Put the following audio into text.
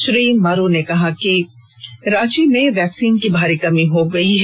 श्री मारू ने कहा कि रांची में कोरोना वैक्सीन की भारी कमी हो गई है